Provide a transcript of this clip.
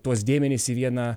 tuos dėmenis į vieną